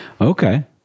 Okay